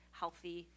healthy